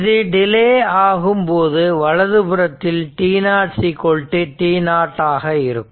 இது டிலே ஆகும்போது வலதுபுறத்தில் t t0 ஆக இருக்கும்